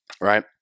right